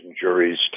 juries